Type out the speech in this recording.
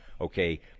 okay